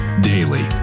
Daily